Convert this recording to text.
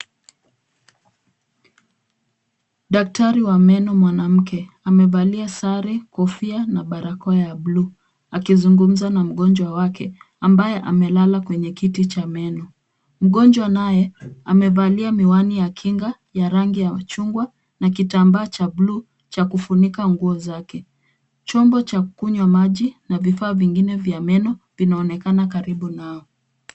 Daktari wa meno mwanamke amevalia sare, kofia na barakoa ya buluu, akizungumza na mgonjwa wake ambaye amelala kwenye kiti cha meno. Mgonjwa naye amevalia miwani ya kinga ya rangi ya chungwa na kitambaa cha buluu cha kufunika nguo zake. Chombo cha kukunywa maji na vifaa vingine vya meno vinaonekana karibu nao.